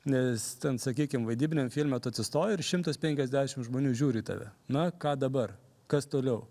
nes ten sakykim vaidybiniam filme tu atsistoji ir šimtas penkiasdešimt žmonių žiūri į tave na ką dabar kas toliau